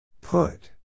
Put